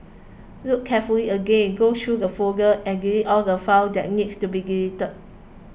look carefully again go through the folders and delete all the files that needs to be deleted